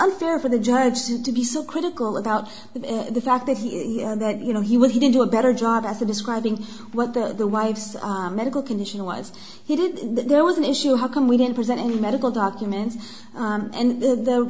unfair for the judge to be so critical about the fact that he you know he would he didn't do a better job as to describing what the the wife's medical condition was he did there was an issue how come we didn't present any medical documents and the